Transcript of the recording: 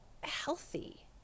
healthy